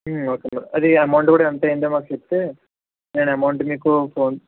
okay madam అది amount కూడా ఎంతయిందో మాకు చెప్తే నేను అమౌంట్ మీకు ఫోన్